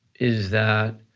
is that